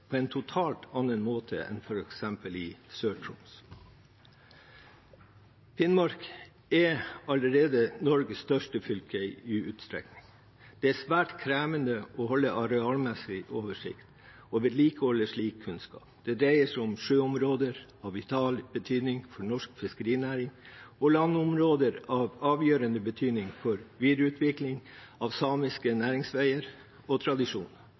på en totalt annen måte enn f.eks. i Sør-Troms. Finnmark er allerede Norges største fylke i utstrekning. Det er svært krevende å holde arealmessig oversikt og vedlikeholde slik kunnskap. Det dreier seg om sjøområder av vital betydning for norsk fiskerinæring og landområder av avgjørende betydning for videreutvikling av samiske næringsveier og